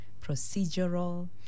procedural